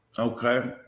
Okay